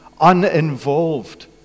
uninvolved